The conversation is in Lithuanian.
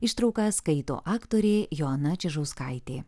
ištrauką skaito aktorė joana čižauskaitė